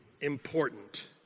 important